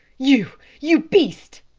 you you beast,